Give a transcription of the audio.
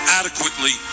adequately